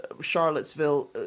Charlottesville